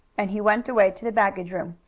and he went away to the baggage room.